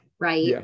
right